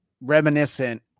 reminiscent